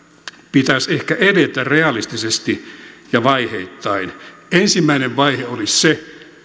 pitäisi ehkä edetä realistisesti ja vaiheittain ensimmäinen vaihe olisi se